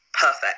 perfect